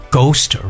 Ghost